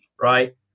right